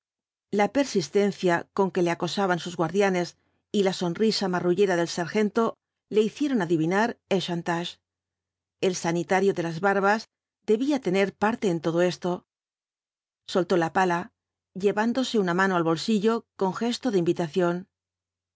ibáíz persistencia con que le acosaban sus guardianes y la son risa marrullera del sargento le hicieron adivinar el chantage el sanitario de las barbas debía tener parte en todo esto soltó la pala llevándose una mano al bolsillo con gesto de invitación